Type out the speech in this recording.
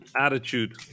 attitude